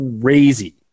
crazy